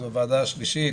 זו הוועדה השלישית,